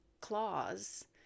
claws